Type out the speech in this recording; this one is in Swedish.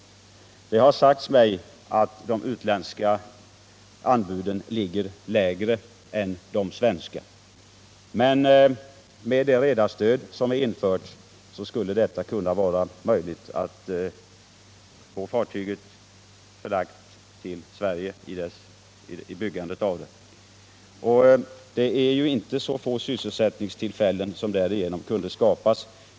Det har sagts mig att de utländska anbuden ligger lägre än de svenska. Med användning av det införda redarstödet skulle det dock kunna vara möjligt att få byggandet av fartyget förlagt till Sverige. Det är ju inte så få sysselsättningstillfällen som därigenom kunde skapas.